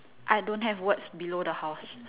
I don't have words below the horse